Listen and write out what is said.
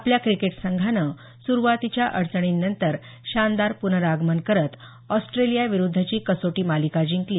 आपल्या क्रिकेट संघानं सुरूवातीच्या अडचणींनंतर शानदार प्नरागमन करत ऑस्ट्रेलियाविरूद्धची कसोटी मालिका जिंकली